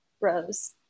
Rose